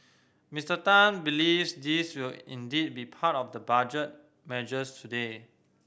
Mister Tan believes these will indeed be part of the budget measures today